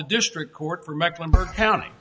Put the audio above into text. the district court for mecklenburg county